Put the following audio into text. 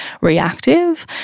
reactive